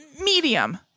Medium